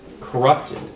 corrupted